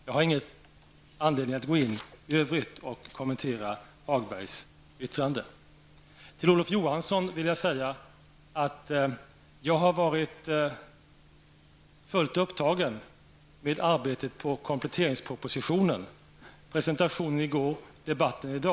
Jag har inte någon anledning att i övrigt kommentera Lars-Ove Till Olof Johansson vill jag säga att jag har varit fullt upptagen med arbetet med kompletteringspropositionen, presentationen i går och debatten i dag.